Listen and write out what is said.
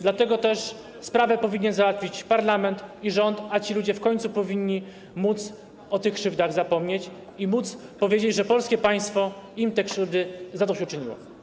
Dlatego też sprawę powinny załatwić parlament i rząd, a ci ludzie w końcu powinni móc o tych krzywdach zapomnieć i powiedzieć, że polskie państwo tym krzywdom zadośćuczyniło.